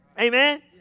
Amen